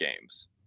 games